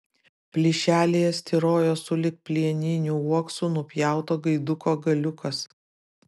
plyšelyje styrojo sulig plieniniu uoksu nupjauto gaiduko galiukas